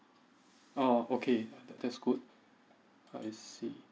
oh okay that that's good I see